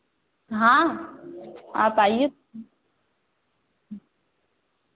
हाँ आप आईए